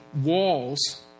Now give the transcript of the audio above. walls